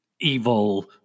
evil